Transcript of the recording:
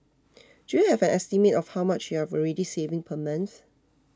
do you have an estimate of how much you're already saving per month